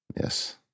Yes